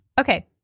Okay